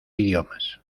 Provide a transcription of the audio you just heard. idiomas